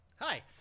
Hi